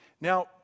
Now